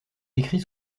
décrit